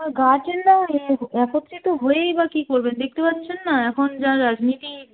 আর গার্জেনরা একত্রিত হয়েই বা কী করবে দেখতে পাচ্ছেন না এখন যা রাজনীতি